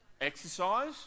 Exercise